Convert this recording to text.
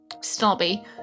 snobby